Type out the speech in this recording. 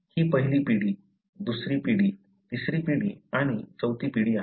ही पहिली पिढी दुसरी पिढी तिसरी पिढी आणि चौथी पिढी आहे